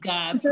God